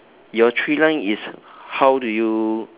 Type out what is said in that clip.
your three line is how do you